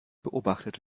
beobachtet